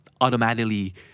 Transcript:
automatically